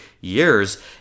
years